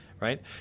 Right